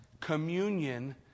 Communion